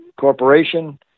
corporation